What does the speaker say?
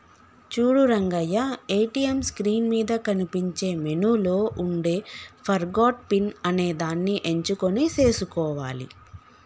చూడు Rangayya ATM screen మీద కనిపించే మెనూలో ఉండే ఫర్గాట్ పిన్ అనేదాన్ని ఎంచుకొని సేసుకోవాలి